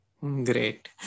Great